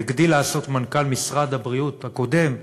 והגדיל לעשות מנכ"ל משרד הבריאות הקודם,